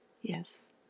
Yes